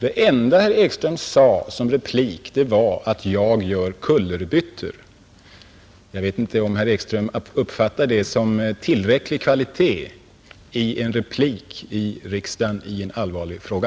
Det enda herr Ekström sade i sin replik var att jag gör kullerbyttor. Jag vet inte om herr Ekström uppfattar det som tillräckligt god kvalitet i en replik i riksdagen i en allvarlig fråga.